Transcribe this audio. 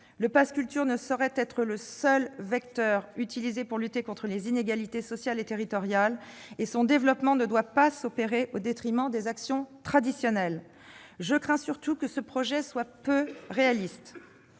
Le pass culture ne saurait être le seul vecteur utilisé pour lutter contre les inégalités sociales et territoriales, et son développement ne doit pas s'opérer au détriment des actions traditionnelles. Je crains surtout que ce projet ne soit peu réaliste.